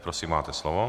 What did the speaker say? Prosím, máte slovo.